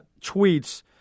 tweets